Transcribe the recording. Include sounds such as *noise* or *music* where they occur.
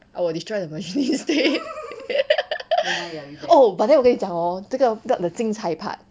I will destroy the machine instead *laughs* oh but then 我跟你讲 hor 这个 job 的精彩 part